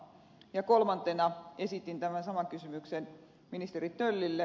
ja kolmantena esitin tämän saman kysymyksen ministeri töllille